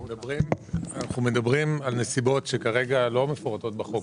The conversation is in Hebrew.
אנחנו מדברים על נסיבות שכרגע לא מפורטות בחוק.